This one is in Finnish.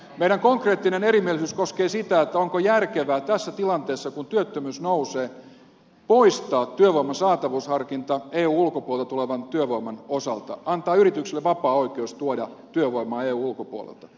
meidän konkreettinen erimielisyytemme koskee sitä onko järkevää tässä tilanteessa kun työttömyys nousee poistaa työvoiman saatavuusharkinta eun ulkopuolelta tulevan työvoiman osalta antaa yrityksille vapaa oikeus tuoda työvoimaa eun ulkopuolelta